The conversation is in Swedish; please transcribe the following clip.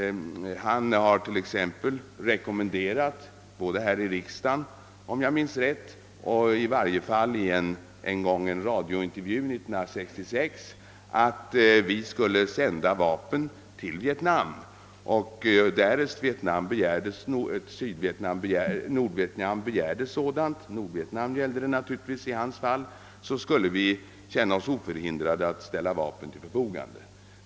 Han har t.ex. både här 1 riksdagen, om jag minns rätt, och i varje fall i en radiointervju 1966 rekommenderat att vi skulle sända vapen till Nordvietnam. Därest Nordvietnam begärde att få köpa vapen av oss skulle vi känna oss oförhindrade att ställa vapen till förfogande.